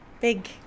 Big